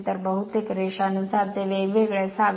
तर बहुतेक रेषानुसार ते वेगवेगळे असावे